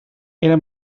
era